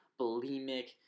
bulimic